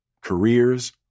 careers